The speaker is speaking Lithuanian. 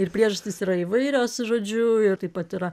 ir priežastys yra įvairios žodžiu ir taip pat yra